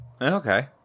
Okay